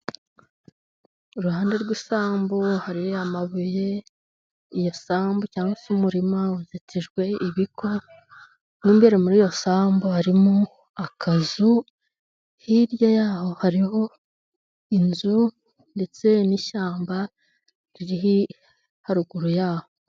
Iruhande rw'isambu hari amabuye, iyo sambu cyangwa se umurima uzitijwe ibiko. Mo imbere muri iyo sambu harimo akazu, hirya yaho hariho inzu ndetse n'ishyamba riri haruguru yaho.